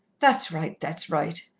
that's right, that's right,